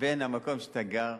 בין המקום שאתה גר,